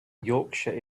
yorkshire